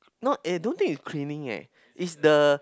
not eh don't think it's cleaning eh is the